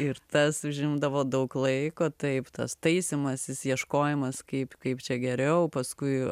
ir tas užimdavo daug laiko taip tas taisymasis ieškojimas kaip kaip čia geriau paskui